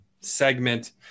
segment